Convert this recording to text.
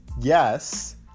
yes